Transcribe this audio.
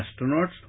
astronauts